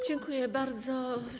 Dziękuję bardzo.